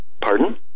pardon